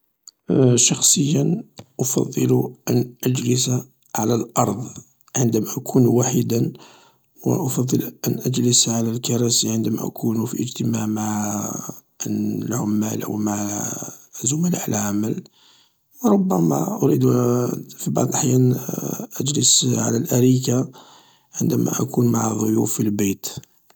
شخصيا أفضل أن أجلس على الأرض عندما أكون وحيدا و أفضل أن أجلس على الكراسي عندما أكون في إجتماع مع العمال أو مع زملاء العمل ربما أريد في بعض الأحيان أجلس على الأريكة عندما أكون مع الضيوف في البيت.